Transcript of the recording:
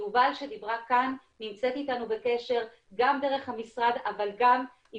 יובל שדיברה כאן נמצאת איתנו בקשר גם דרך המשרד אבל גם היא